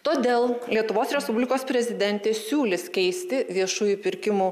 todėl lietuvos respublikos prezidentė siūlys keisti viešųjų pirkimų